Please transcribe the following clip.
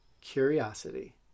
curiosity